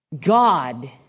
God